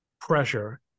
pressure